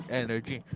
energy